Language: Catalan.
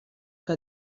que